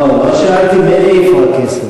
לא שאלתי מאיפה הכסף,